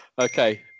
Okay